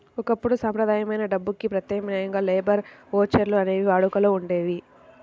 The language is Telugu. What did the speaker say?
ఒకప్పుడు సంప్రదాయమైన డబ్బుకి ప్రత్యామ్నాయంగా లేబర్ ఓచర్లు అనేవి వాడుకలో ఉండేయి